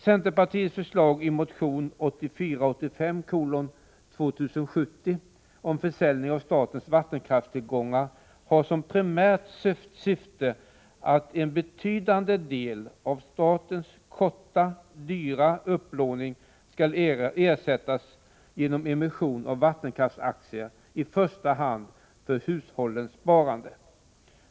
Centerpartiets förslag i motion 1984/85:2070 om försäljning av statens vattenkraftstillgångar har som primärt syfte att en betydande del av statens korta upplåning skall ersättas genom emission av vattenkraftsaktier, i första hand för hushållens sparande.